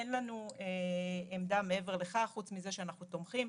אין לנו עמדה מעבר לכך חוץ מזה שאנחנו תומכים.